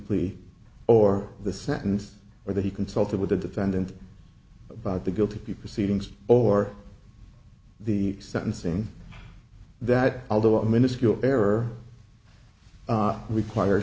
plea or the sentence or that he consulted with the defendant about the guilty people seedings or the sentencing that although a miniscule error require